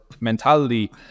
mentality